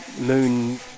moon